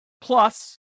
Plus